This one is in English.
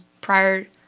prior